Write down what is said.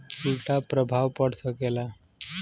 उल्टा प्रभाव पड़ सकेला